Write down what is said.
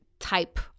type